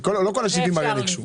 לא כל ה-70 אלף ניגשו.